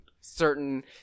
certain